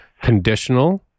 conditional